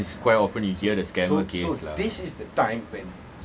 that one is quite often you hear the scammer case lah